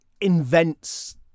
invents